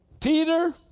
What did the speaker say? Peter